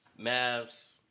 Mavs